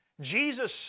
Jesus